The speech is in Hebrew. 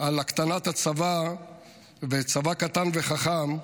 על הקטנת הצבא ועל צבא קטן וחכם,